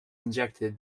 injected